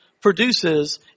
produces